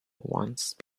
once